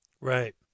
Right